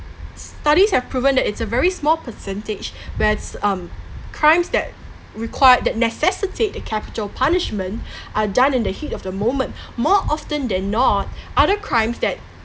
studies have proven that it's a very small percentage whereas um crimes that require that necessitate the capital punishment are done in the heat of the moment more often than not other crimes that